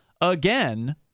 again